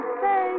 say